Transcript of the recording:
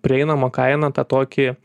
prieinamą kainą tą tokį